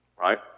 right